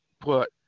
put